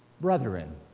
Brethren